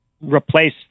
replace